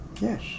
Yes